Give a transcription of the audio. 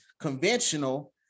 conventional